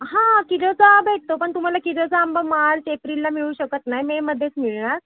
हां किलोचा भेटतो पण तुम्हाला किलचा आंबा मार्च एप्रिलला मिळू शकत नाही मेमध्येच मिळणार